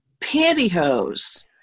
pantyhose